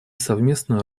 совместную